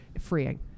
freeing